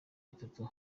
bitatu